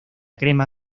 crema